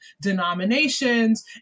denominations